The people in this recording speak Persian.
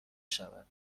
شود